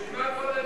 בשביל מה כל הדיון,